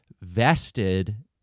vested